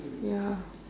ya